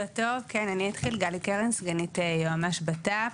אבקש לעדכן,